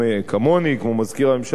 כמו מזכיר הממשלה ואחרים,